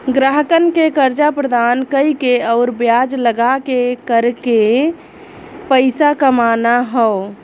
ग्राहकन के कर्जा प्रदान कइके आउर ब्याज लगाके करके पइसा कमाना हौ